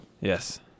yes